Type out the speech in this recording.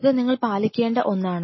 ഇത് നിങ്ങൾ പാലിക്കേണ്ട ഒന്നാണ്